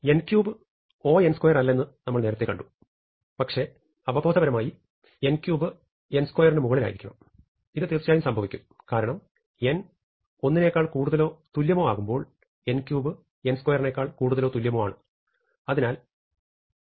n3 O അല്ലെന്ന് നമ്മൾ നേരത്തെ കണ്ടു പക്ഷേ അവബോധപരമായി n3 n2ന് മുകളിലായിരിക്കണം ഇത് തീർച്ചയായും സംഭവിക്കും കാരണം n 1നേക്കാൾ കൂടുതലോ തുല്യമോ ആകുമ്പോൾ n3 n2 നേക്കാൾ കൂടുതലോ തുല്യമോ ആണ്